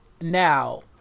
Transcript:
now